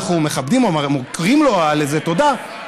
אנחנו מכבדים אותה ומוקירים לו תודה על זה,